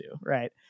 right